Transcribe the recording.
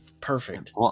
Perfect